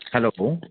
hello